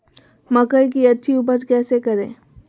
मकई की अच्छी उपज कैसे करे?